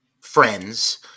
friends